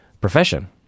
profession